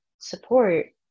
support